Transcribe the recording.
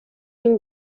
این